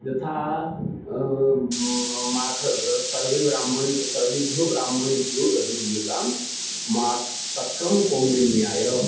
यथा मठं तद् सर्वे ब्राह्मणाः सर्वेभ्यः ब्राह्मणेभ्यः दधिः दीयतां माठ् तक्रं कौण्डिन्यः